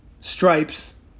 stripes